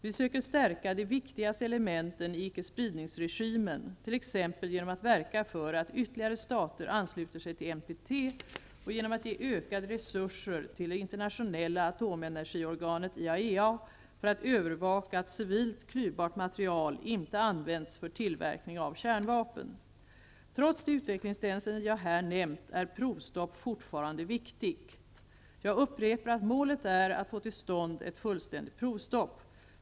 Vi söker stärka de viktigaste elementen i icke-spridningsregimen, t.ex. genom att verka för att ytterligare stater ansluter sig till NPT och genom att ge ökade resurser till det internationella atomenergiorganet IAEA för att övervaka att civilt klyvbart material inte använts för tillverkning av kärnvapen. Trots de utvecklingstendenser jag här nämnt är provstopp fortfarande viktigt. Jag upprepar att målet är att få till stånd ett fullständigt provstopp.